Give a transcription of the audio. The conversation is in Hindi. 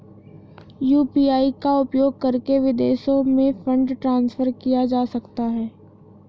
यू.पी.आई का उपयोग करके विदेशों में फंड ट्रांसफर किया जा सकता है?